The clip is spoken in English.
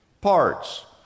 parts